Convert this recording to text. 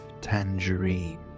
tangerine